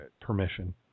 permission